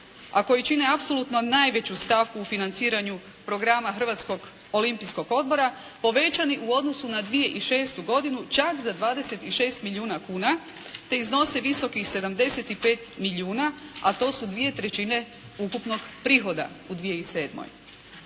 a koji čine apsolutno najveću stavku u financiranju programa Hrvatskog olimpijskog odbora, povećani u odnosu na 2006. godinu čak za 26 milijuna kuna, te iznose visokih 75 milijuna, a to su dvije trećine ukupnog prihoda u 2007.